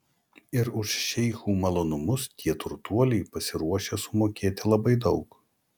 ir už šeichų malonumus tie turtuoliai pasiruošę sumokėti labai daug